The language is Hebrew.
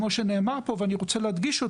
כמו שנאמר פה ואני רוצה להדגיש,